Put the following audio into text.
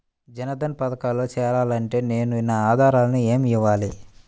జన్ధన్ పథకంలో చేరాలి అంటే నేను నా ఆధారాలు ఏమి ఇవ్వాలి?